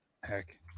Heck